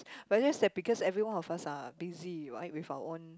but that's like everyone of us are busy right with our own